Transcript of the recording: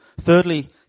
Thirdly